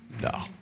No